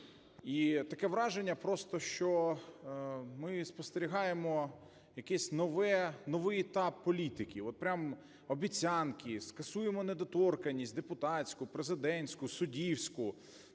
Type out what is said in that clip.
таке враження просто, що ми спостерігаємо якийсь новий етап політиків. От прямо обіцянки: скасуємо недоторканність депутатську, президентську, суддівську,